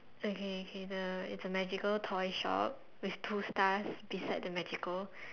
okay K the it's a magical toy shop with two stars beside the magical